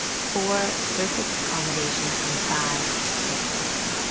four surface accommodation, and five tokenism.